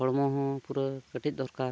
ᱦᱚᱲᱢᱚ ᱦᱚᱸ ᱯᱩᱨᱟᱹ ᱠᱟ ᱴᱤᱡ ᱫᱚᱨᱠᱟᱨ